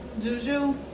Juju